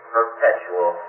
perpetual